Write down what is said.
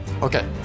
Okay